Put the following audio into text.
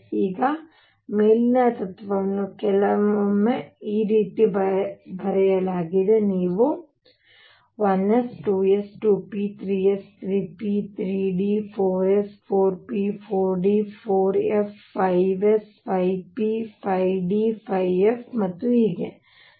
ಈಗ ಮೇಲಿನ ತತ್ವವನ್ನು ಕೆಲವೊಮ್ಮೆ ಈ ರೀತಿ ಬರೆಯಲಾಗಿದೆ ನೀವು 1s 2s 2p 3s 3 p 3d 4s 4p 4d 4f 5s 5 p 5 d 5 f ಮತ್ತು ಹೀಗೆ